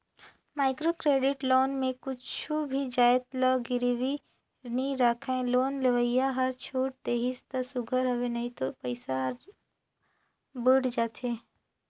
micro credit loan में कुछु भी जाएत ल गिरवी नी राखय लोन लेवइया हर छूट देहिस ता सुग्घर हवे नई तो पइसा हर बुइड़ जाथे